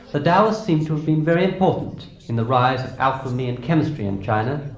the taoists seem to have been very important in the rise of alchemy and chemistry in china,